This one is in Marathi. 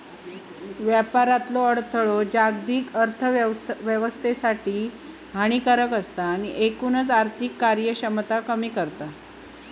व्यापारातलो अडथळो जागतिक अर्थोव्यवस्थेसाठी हानिकारक असता आणि एकूणच आर्थिक कार्यक्षमता कमी करता